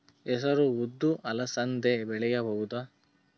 ಹೆಸರು ಉದ್ದು ಅಲಸಂದೆ ಬೆಳೆಯಬಹುದಾ?